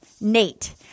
Nate